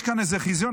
יש כאן איזה חיזיון.